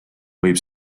võib